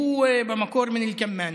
הוא במקור מאל-כמאנה,